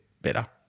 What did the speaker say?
better